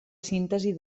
síntesi